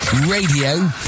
Radio